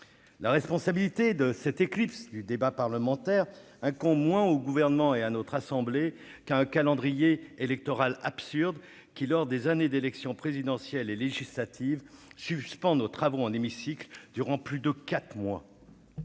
La responsabilité de cette éclipse du débat parlementaire incombe moins au Gouvernement et à notre assemblée qu'à un calendrier électoral absurde qui, lors des années d'élections présidentielle et législatives, voit nos travaux dans l'hémicycle suspendus durant plus de quatre mois.